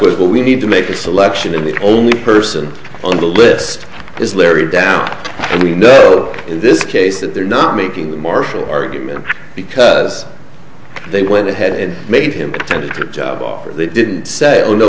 with what we need to make a selection and the only person on the list is larry down and we know in this case that they're not making the marshal argument because they went ahead and made him a tentative job offer they didn't say oh no